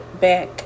back